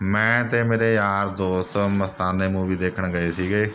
ਮੈਂ ਅਤੇ ਮੇਰੇ ਯਾਰ ਦੋਸਤ ਮਸਤਾਨੇ ਮੂਵੀ ਦੇਖਣ ਗਏ ਸੀਗੇ